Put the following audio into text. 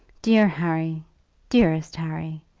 dear harry dearest harry!